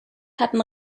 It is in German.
hatten